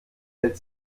hält